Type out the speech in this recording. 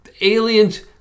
aliens